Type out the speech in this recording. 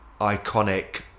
iconic